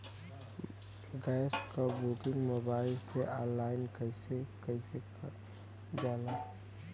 Gas क booking mobile से online कईसे कईल जाला?